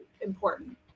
important